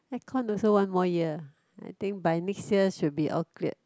aircon also one more year I think by next year should be all cleared